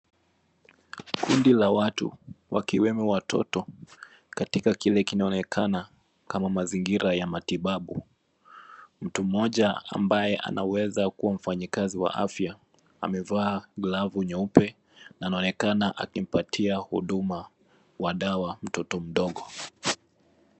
Kundi la watu, wakiwemo watoto katika kile kinaonekana kama maingira ya matibabu, mtu mmoja ambaye anaweza kuwa mfanyikazi wa afya amevaa glavu nyeupe na anonekana akimpatia huduma wa dawa mtoto mdogo.